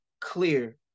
clear